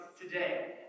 today